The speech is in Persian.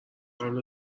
قبل